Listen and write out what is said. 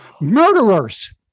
Murderers